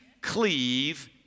cleave